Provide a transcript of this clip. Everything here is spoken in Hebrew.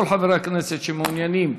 כל חברי הכנסת שמעוניינים